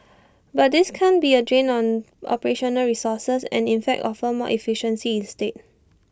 but this can't be A drain on operational resources and in fact offer more efficiency instead